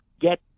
Get